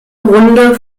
runde